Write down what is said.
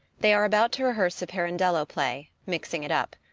they are about to rehearse a pirandello play mixing it up.